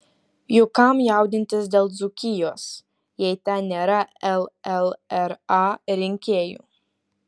juk kam jaudintis dėl dzūkijos jei ten nėra llra rinkėjų